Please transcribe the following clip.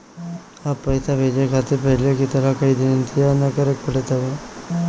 अब पइसा भेजे खातिर पहले की तरह कई दिन इंतजार ना करेके पड़त हवे